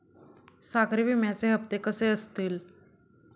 सागरी विम्याचे हप्ते कसे असतील?